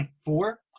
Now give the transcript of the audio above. four